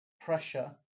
pressure